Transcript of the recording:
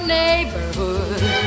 neighborhood